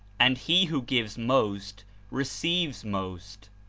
and he who gives most receives most.